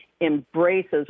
embraces